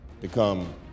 become